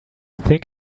think